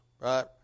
right